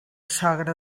sogre